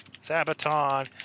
Sabaton